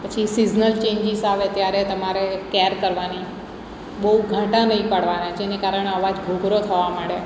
પછી seasonal changes આવે ત્યારે તમારે કેર કરવાની બહુ ઘાંટા નહીં પાડવાના જેને કારણે અવાજ ઘોઘરો થવા માંડે